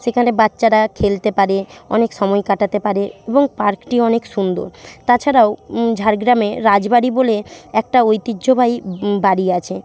সেখানে বাচ্চারা খেলতে পারে অনেক সময় কাটাতে পারে এবং পার্কটি অনেক সুন্দর তাছাড়াও ঝাড়গ্রামে রাজবাড়ি বলে একটা ঐতিহ্যবাহী বাড়ি আছে